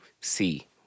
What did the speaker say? see